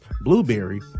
blueberry